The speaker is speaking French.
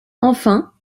enfin